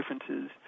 differences